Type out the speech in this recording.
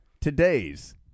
today's